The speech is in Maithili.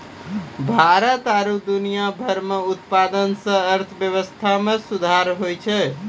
भारत आरु दुनिया भर मे उत्पादन से अर्थव्यबस्था मे सुधार होलो छै